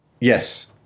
Yes